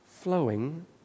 flowing